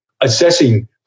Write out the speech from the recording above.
assessing